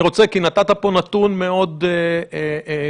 נתת פה נתון מאוד מטריד,